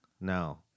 No